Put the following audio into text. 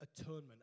atonement